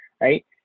right